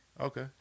Okay